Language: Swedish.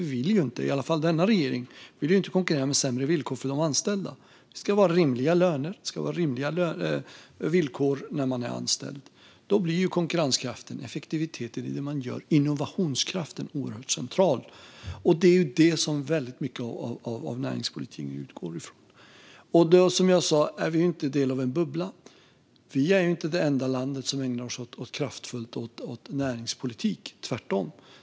Vi vill ju inte - åtminstone vill inte den här regeringen det - konkurrera med sämre villkor för de anställda. Det ska vara rimliga löner och rimliga villkor för de anställda. Då blir konkurrenskraften, effektiviteten i det man gör och innovationskraften oerhört centralt. Det är detta som mycket av näringspolitiken utgår från. Vi är inte det enda land som ägnar sig kraftfullt åt näringspolitik, tvärtom.